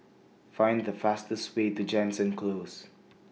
gind The fastest Way to Jansen Close